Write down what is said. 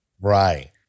Right